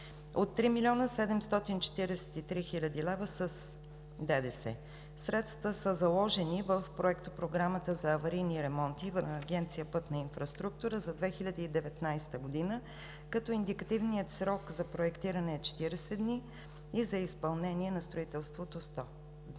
от 3 млн. 743 хил. лв. с ДДС. Средствата са заложени в Проектопрограмата за аварийни ремонти на Агенция „Пътна инфраструктура“ за 2019 г., като индикативният срок за проектиране е 40 дни и за изпълнение на строителството – 100.